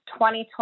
2020